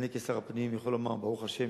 אני כשר הפנים, ברוך השם,